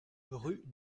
rue